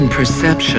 perception